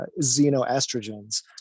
xenoestrogens